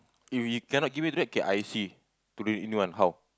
if we cannot give then get I_C to renew one how